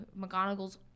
McGonagall's